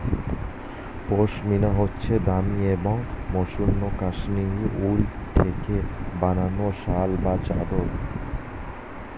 পশমিনা হচ্ছে দামি এবং মসৃন কাশ্মীরি উল থেকে বানানো শাল বা চাদর